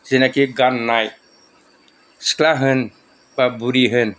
जेनाखि गाननाय सिख्ला होन बा बुरि होन